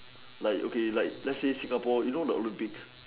like okay like let's say Singapore you know the Olympics